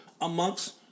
amongst